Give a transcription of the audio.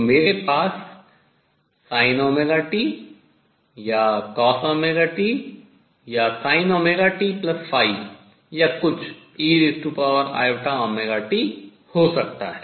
तो मेरे पास sin ωt या cosωt या sin⁡ωt या कुछ eiωt हो सकता है